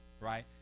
Right